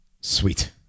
Sweet